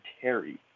Terry